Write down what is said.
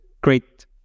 great